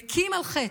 מכים על חטא,